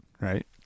right